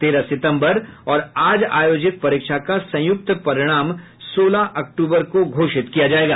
तेरह सितम्बर और आज आयोजित परीक्षा का संयुक्त परिणाम सोलह अक्तूबर को घोषित किया जाएगा